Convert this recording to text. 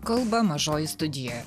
kalba mažoji studija